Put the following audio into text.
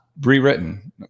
rewritten